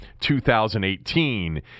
2018